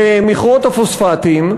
למכרות הפוספטים,